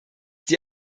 die